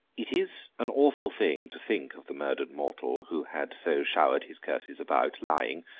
it is an awful thing to think of the murdered mortal, who had so showered his curses about, lying,